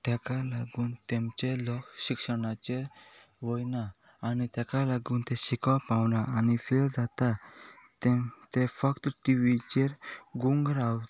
तेका लागून तेमचे लक्ष शिक्षणाचे वचना आनी तेका लागून ते शिकोवप पावना आनी फेल जाता ते फक्त टी वीचेर गूंग रावता